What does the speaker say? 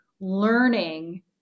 learning